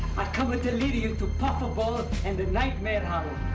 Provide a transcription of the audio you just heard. i come ah to lead you to puffball and nightmare hollow.